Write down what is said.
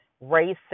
racing